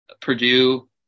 Purdue